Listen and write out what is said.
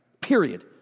Period